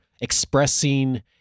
expressing